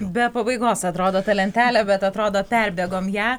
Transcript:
be pabaigos atrodo ta lentelė bet atrodo perbėgom ją